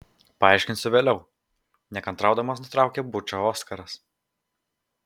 paaiškinsiu vėliau nekantraudamas nutraukė bučą oskaras